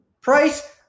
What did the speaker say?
Price